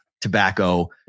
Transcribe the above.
tobacco